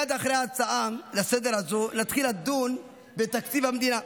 מייד אחרי ההצעה לסדר-היום הזאת נתחיל לדון בתקציב המדינה.